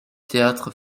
théâtre